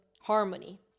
harmony